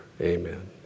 amen